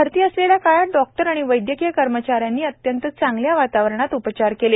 भरती असलेल्या काळात डॉक्टर व वैदयकीय कर्मचाऱ्यांने अत्यंत चांगल्या वातावरणात उपचार केले